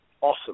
awesome